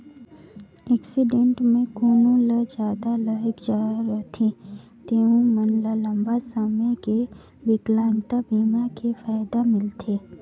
accident मे कोनो ल जादा लग जाए रथे तेहू मन ल लंबा समे के बिकलांगता बीमा के फायदा मिलथे